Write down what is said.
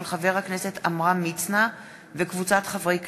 של חבר הכנסת עמרם מצנע וקבוצת חברי הכנסת,